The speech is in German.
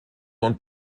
und